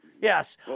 Yes